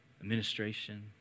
administration